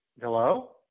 Hello